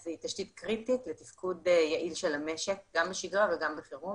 המוקדנים שיכולים לתת מענה בשפות האלה כדי שלאנשים יהיה ברור לגמרי.